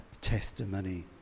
testimony